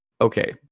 okay